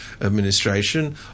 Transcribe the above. administration